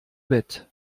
bett